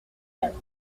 maître